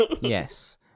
Yes